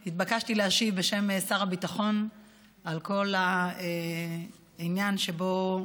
אני התבקשתי להשיב כאן בשם שר הביטחון על כל העניין שבו,